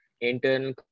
internal